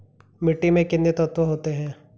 मिट्टी में कितने तत्व होते हैं?